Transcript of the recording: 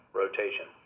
rotation